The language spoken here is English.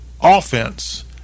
offense